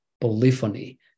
polyphony